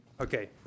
Okay